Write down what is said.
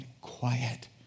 quiet